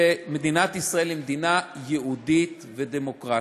שמדינת ישראל היא מדינה יהודית ודמוקרטית.